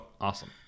awesome